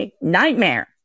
nightmare